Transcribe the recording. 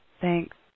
Thanks